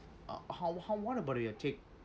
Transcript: uh how how what about you take